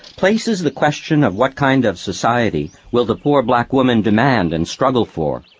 places the question of what kind of society will the poor black woman demand and struggle for.